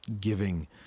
giving